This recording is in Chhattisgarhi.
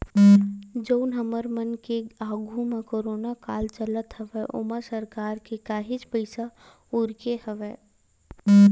जउन हमर मन के आघू म कोरोना काल चलत हवय ओमा सरकार के काहेच पइसा उरके हवय